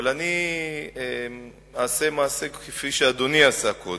אבל אני אעשה מעשה, כפי שאדוני עשה קודם.